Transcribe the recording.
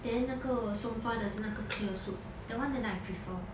then 那个 song fa 的是那个 clear soup the one then I prefer